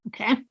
Okay